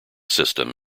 system